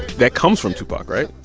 that comes from tupac, right?